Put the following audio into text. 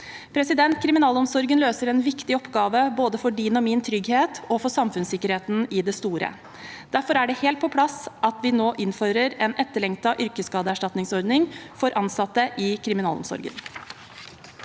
for seg. Kriminalomsorgen løser en viktig oppgave både for din og min trygghet og for samfunnssikkerheten i det store. Derfor er det helt på sin plass at vi nå innfører en etterlengtet yrkesskadeerstatningsordning for ansatte i kriminalomsorgen.